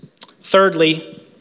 Thirdly